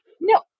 No